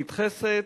נדחסת,